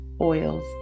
oils